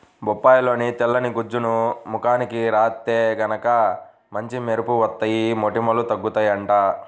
బొప్పాయిలోని తెల్లని గుజ్జుని ముఖానికి రాత్తే గనక మంచి మెరుపు వత్తది, మొటిమలూ తగ్గుతయ్యంట